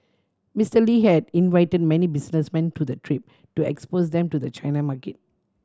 Mister Lee had invited many businessmen to the trip to expose them to the China market